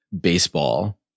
baseball